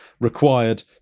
required